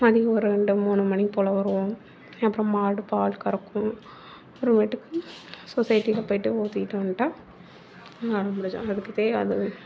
மதியம் ஒரு ரெண்டு மூணு மணி போல் வருவோம் அப்புறம் மாடு பால் கறக்கும் அப்புறமேட்டுக்கு சொசைட்டியில் போய்விட்டு ஊற்றிட்டு வந்துட்டா அதுக்கு தே அது